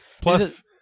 Plus